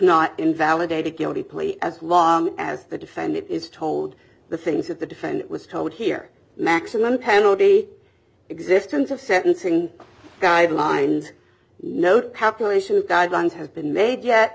not invalidate a guilty plea as long as the defendant is told the things that the defendant was told here maximum penalty existence of sentencing guidelines note how commission guidelines has been made yet